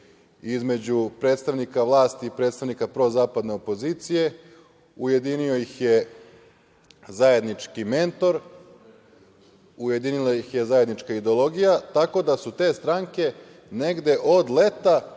između predstavnika vlasti i predstavnika prozapadne opozicije, ujedinio ih je zajednički mentor, ujedinila ih je zajednička ideologija, tako da su te stranke negde od leta